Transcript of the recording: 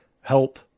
help